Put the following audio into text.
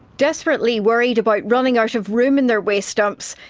desperately worried about running out of room in their waste dumps,